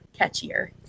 catchier